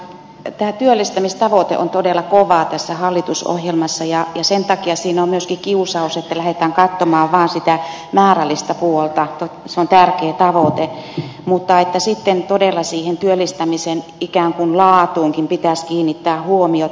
tämä työllistämistavoite on todella kovaa tässä hallitusohjelmassa ja sen takia siinä on myöskin kiusaus että lähdetään katsomaan vaan sitä määrällistä puolta se on tärkeä tavoite mutta sitten todella siihen työllistämisen ikään kuin laatuunkin pitäisi kiinnittää huomiota